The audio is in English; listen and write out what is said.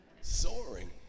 Soaring